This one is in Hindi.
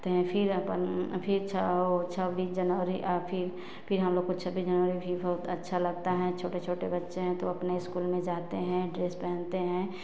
हैं फिर अपना फिर छ छब्बीस जनवरी फि फिर हमलोग को छब्बीस जनवरी भी बहुत अच्छा लगता है छोटे छोटे बच्चे हैं तो अपने स्कूल में जाते हैं ड्रेस पहनते हैं